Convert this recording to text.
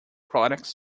products